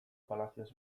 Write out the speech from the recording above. palacios